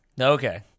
Okay